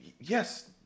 yes